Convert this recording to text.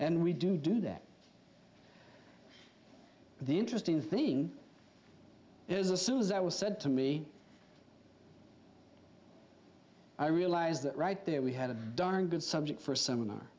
and we do do that the interesting thing is assume as i was said to me i realized that right there we had a darn good subject for seminar